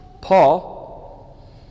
Paul